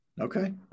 Okay